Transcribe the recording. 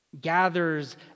gathers